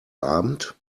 abend